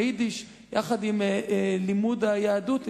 היידיש ולימוד היהדות,